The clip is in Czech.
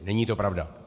Není to pravda!